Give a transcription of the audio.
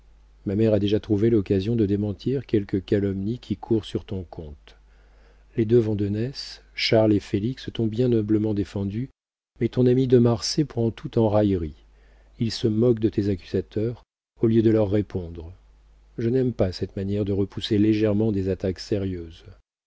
ma mère a déjà trouvé l'occasion de démentir quelques calomnies qui courent sur ton compte les deux vandenesse charles et félix t'ont bien notablement défendu mais ton ami de marsay prend tout en raillerie il se moque de tes accusateurs au lieu de leur répondre je n'aime pas cette manière de repousser légèrement des attaques sérieuses